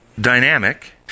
dynamic